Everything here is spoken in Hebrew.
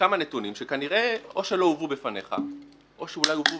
כמה נתונים שכנראה או שלא הובאו בפניך או שאולי הובאו